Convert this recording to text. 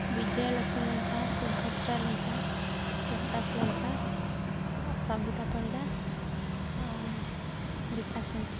ବିଜୟଲକ୍ଷ୍ମୀ ଲେଙ୍କା ସୁଭଦ୍ରା ଲେଙ୍କା ପ୍ରକାଶ ଲେଙ୍କା ସବିତା ପରିଡ଼ା ଆଉ ବିକାଶ ଲେଙ୍କା